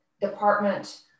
department